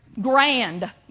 grand